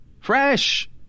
Fresh